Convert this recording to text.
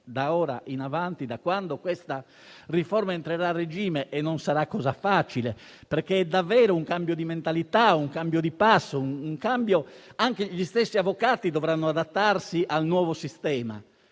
d'ora in avanti, da quando questa riforma entrerà a regime (e non sarà cosa facile), conoscerà davvero un cambio di mentalità e di passo. Gli stessi avvocati dovranno adattarsi al nuovo sistema,